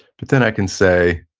but then i can say,